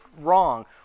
wrong